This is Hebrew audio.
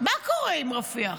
מה קורה עם רפיח?